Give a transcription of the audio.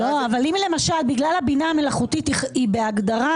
אבל אם למשל בגלל הבינה המלאכותית היא בהגדרה